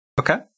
Okay